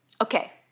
Okay